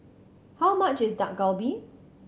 how much is Dak Galbi